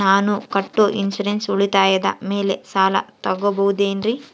ನಾನು ಕಟ್ಟೊ ಇನ್ಸೂರೆನ್ಸ್ ಉಳಿತಾಯದ ಮೇಲೆ ಸಾಲ ತಗೋಬಹುದೇನ್ರಿ?